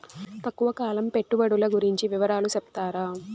తక్కువ కాలం పెట్టుబడులు గురించి వివరాలు సెప్తారా?